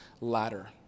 ladder